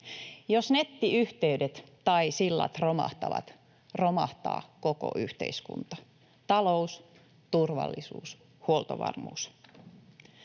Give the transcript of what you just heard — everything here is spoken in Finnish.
Jos nettiyhteydet tai sillat romahtavat, romahtaa koko yhteiskunta, talous, turvallisuus ja huoltovarmuus.